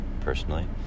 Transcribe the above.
personally